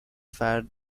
فرد